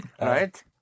Right